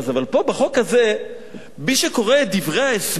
אבל פה, בחוק הזה, מי שקורא את דברי ההסבר: